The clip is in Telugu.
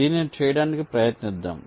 దీనిని చేయడానికి ప్రయత్నిద్దాం